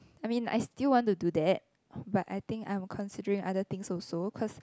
I mean I still want to do that but I think I'm considering other things also cause